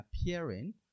appearing